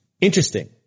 Interesting